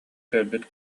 кэлбит